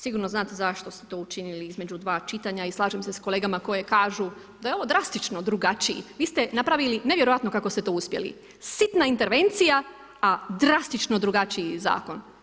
Sigurno znate zašto ste to učinili između 2 čitanja i slažem se kolegama koji kažu da je ovo drastično drugačiji, vi ste napravili, nevjerojatno, kako ste to uspjeli, sitna intervencija, a drastično drugačiji zakon.